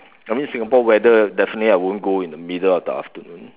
I mean Singapore definitely I won't go in the middle of the afternoon